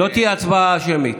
לא תהיה הצבעה שמית.